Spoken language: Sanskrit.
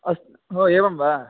अस्तु हो एवं वा